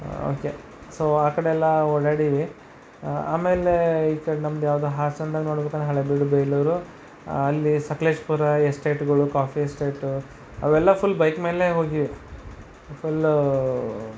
okay so ಆ ಕಡೆ ಎಲ್ಲ ಓಡಾಡೀವಿ ಆಮೇಲೆ ಈ ಕಡೆ ನಮ್ಮದು ಯಾವುದು ಹಾಸನದಾಗೆ ನೋಡ್ಬೇಕೆಂದ್ರೆ ಹಳೆಬೀಡು ಬೇಲೂರು ಅಲ್ಲಿ ಸಕಲೇಶಪುರ ಎಸ್ಟೇಟ್ಗಳು ಕಾಫೀ ಎಸ್ಟೇಟು ಅವೆಲ್ಲ ಫುಲ್ ಬೈಕ್ ಮೇಲೇ ಹೋಗೀವಿ ಫುಲ್ಲೂ